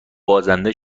بازنده